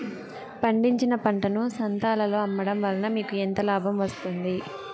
పండించిన పంటను సంతలలో అమ్మడం వలన మీకు ఎంత లాభం వస్తుంది?